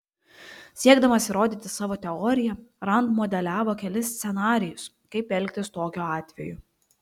siekdamas įrodyti savo teoriją rand modeliavo kelis scenarijus kaip elgtis tokiu atveju